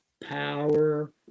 power